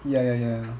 ya ya ya